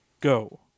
go